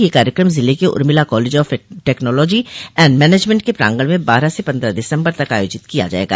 यह कार्यक्रम जिले के Urmila college of technology and management के प्रांगण में बारह से पन्द्रह दिसम्बर तक आयोजित किया जायेगा